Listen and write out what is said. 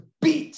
beat